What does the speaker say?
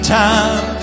time